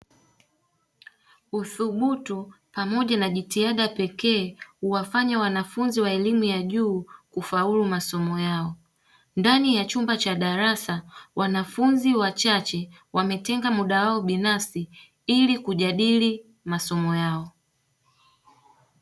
Udhubutu Pamoja na jitihada pekee huwafanya waafunzi wa elimu ya juu kufaulu masomo yao, ndani ya chumba cha darasa wanafunzi wachache wametenga mda wao binafsi ili kujadiri masomo yao.